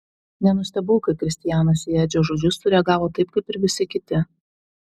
nenustebau kai kristianas į edžio žodžius sureagavo taip kaip ir visi kiti